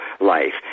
life